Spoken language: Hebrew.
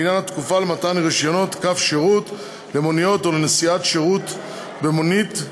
לעניין התקופה למתן רישיונות קו שירות למונית ולנסיעת שירות במונית,